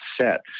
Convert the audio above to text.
set